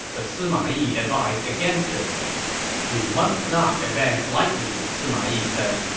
but sima yi advised against it we must not advance lightly, sima yi said.